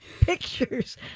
pictures